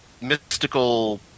mystical